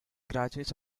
graduates